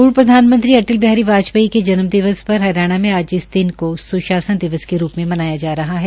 पूर्व प्रधानमंत्री अटल बिहारी वाजपेयी के जन्मदिवस पर हरियाणा में आज इस दिन को सुशासन दिवस के रूप में मनाया जा रहा है